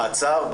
מעצר,